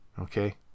Okay